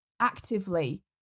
actively